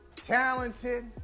talented